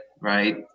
Right